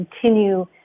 continue